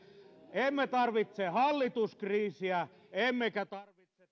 emme tarvitse hallituskriisiä emmekä tarvitse